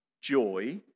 joy